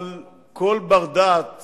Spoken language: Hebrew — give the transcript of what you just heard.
אבל כל בר-דעת